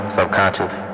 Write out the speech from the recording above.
Subconscious